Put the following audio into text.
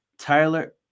Tyler